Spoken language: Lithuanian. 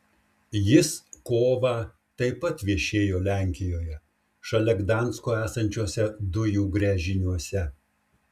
jis kovą taip pat viešėjo lenkijoje šalia gdansko esančiuose dujų gręžiniuose